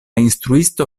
instruisto